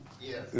Yes